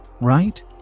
right